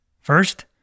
First